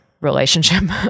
relationship